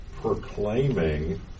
proclaiming